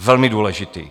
Velmi důležitý.